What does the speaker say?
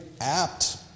apt